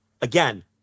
again